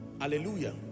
Hallelujah